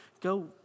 go